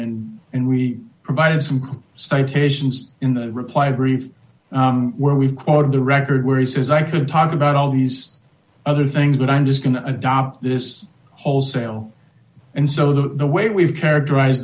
and and we provided some citations in the reply brief where we've quoted the record where he says i could talk about all these other things but i'm just going to adopt this wholesale and so the way we've characterize